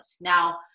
Now